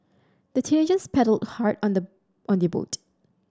the teenagers paddled hard on the on their boat